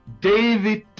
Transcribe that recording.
David